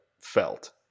felt